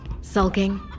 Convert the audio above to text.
Sulking